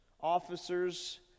officers